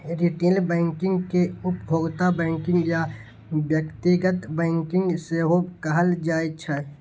retail banking कें उपभोक्ता banking या व्यक्तिगत बैंकिंग सेहो कहल जाइ छै